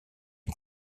est